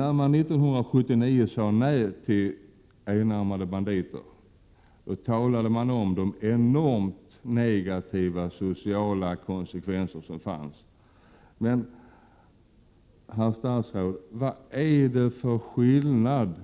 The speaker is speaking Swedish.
När man 1979 sade nej till enarmade banditer, talade man om de enormt negativa sociala konsekvenserna. Men, herr statsråd, vad är det för skillnad